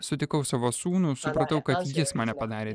sutikau savo sūnų supratau kad jis mane padarė